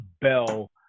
Bell